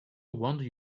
wonder